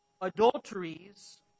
adulteries